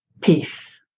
peace